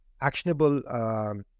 actionable